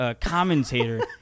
commentator